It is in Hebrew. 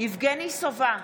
יבגני סובה,